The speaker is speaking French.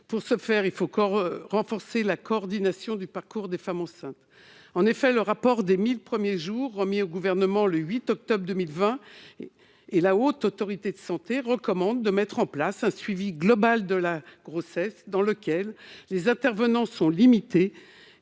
Pour ce faire, il faut renforcer la coordination du parcours des femmes enceintes. En effet, tant le rapport intitulé, remis au Gouvernement le 8 octobre 2020, que la Haute Autorité de santé recommandent de mettre en place un suivi global de la grossesse, dans lequel les intervenants seraient limités